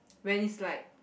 when it's like